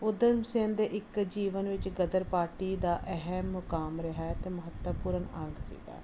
ਊਧਮ ਸਿੰਘ ਦੇ ਇੱਕ ਜੀਵਨ ਵਿੱਚ ਗਦਰ ਪਾਰਟੀ ਦਾ ਅਹਿਮ ਮੁਕਾਮ ਰਿਹਾ ਹੈ ਅਤੇ ਮਹੱਤਵਪੂਰਨ ਅੰਗ ਸੀਗਾ